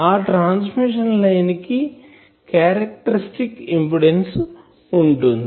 ఆ transmission line కి characteristic impedance వుంటుంది